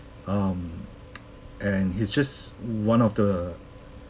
um and he's just one of the